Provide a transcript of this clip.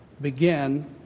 Begin